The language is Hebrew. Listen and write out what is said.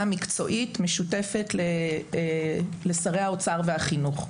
מקצועית משותפת לשרי האוצר והחינוך.